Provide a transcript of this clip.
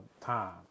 time